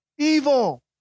Evil